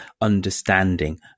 understanding